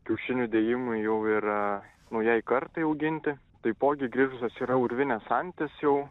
kiaušinių dėjimui jau yra naujai kartai auginti taipogi grįžusios yra urvinės antys jau